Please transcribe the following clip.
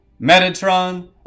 Metatron